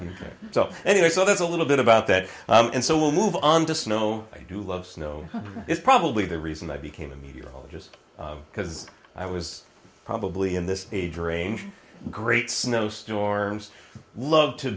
not so anyway so there's a little bit about that and so we'll move on to snow i do love snow is probably the reason i became a meteorologist because i was probably in this age range great snowstorms love to